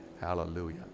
Hallelujah